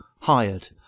hired